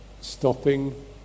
Stopping